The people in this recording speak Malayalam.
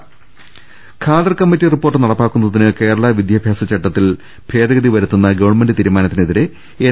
രംഭട്ട്ട്ട്ട്ട്ട്ട്ട് ഖാദർ കമ്മിറ്റി റിപ്പോർട്ട് നടപ്പാക്കുന്നതിന് കേരള വിദ്യാഭ്യാസ ചട്ടത്തിൽ ഭേദഗതി വരുത്തുന്ന ഗവൺമെന്റ് തീരുമാനത്തിനെതിരെ എൻ